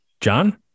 John